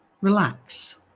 relax